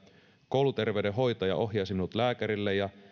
kouluterveydenhoitaja ohjasi minut lääkärille ja